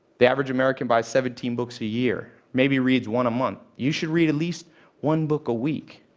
the average american buys seventeen books a year. maybe reads one a month. you should read at least one book a week,